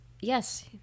Yes